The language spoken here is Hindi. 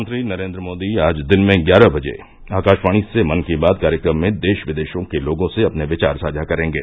प्रधानमंत्री नरेन्द्र मोदी आज दिन में ग्यारह बजे आकाशवाणी से मन की बात कार्यक्रम में देश विदेशों के लोगों से अपने विचार साझा करेंगे